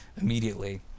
immediately